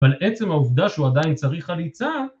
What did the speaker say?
‫אבל עצם העובדה ‫שהוא עדיין צריך חליצה...